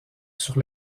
sur